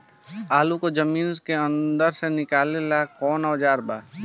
आलू को जमीन के अंदर से निकाले के का औजार बा?